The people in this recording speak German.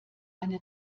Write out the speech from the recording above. eine